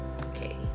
okay